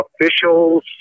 officials